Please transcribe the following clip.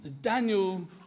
Daniel